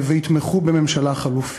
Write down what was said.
ויתמכו בממשלה חלופית.